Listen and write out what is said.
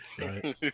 Right